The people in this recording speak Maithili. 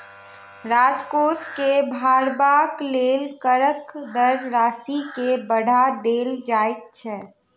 राजकोष के भरबाक लेल करक दर राशि के बढ़ा देल जाइत छै